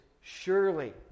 surely